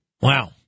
Wow